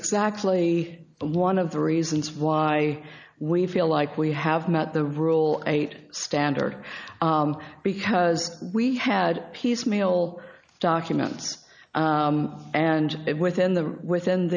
exactly one of the reasons why we feel like we have met the rule eight standard because we had piecemeal documents and within the within